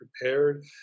prepared